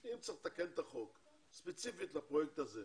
אם צריך לתקן את החוק ספציפית לפרויקט הזה,